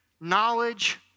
knowledge